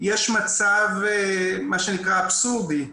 יש מצב מה שנקרא אבסורדי,